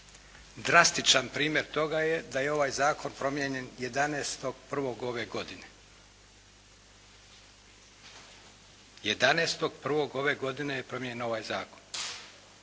Drastičan primjer toga je da je ovaj zakon promijenjen 11.1. ove godine. 11.1. ove godine je promijenjen ovaj zakon.